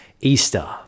Easter –